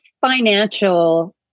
financial